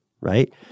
right